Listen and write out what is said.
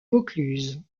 vaucluse